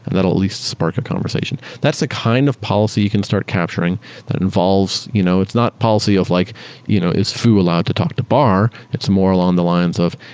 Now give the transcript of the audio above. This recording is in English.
and that'll at least spark a conversation. that's the kind of policy you can start capturing that involves you know it's not policy of like you know is foo allowed to talk to bar? it's more along the lines of,